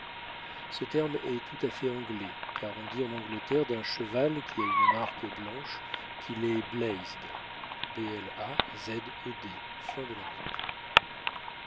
ce terme est tout à fait anglais car on dit en angleterre d'un cheval qui a une marque blanche qu'il est